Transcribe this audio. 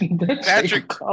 Patrick